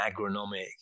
agronomic